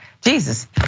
Jesus